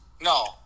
No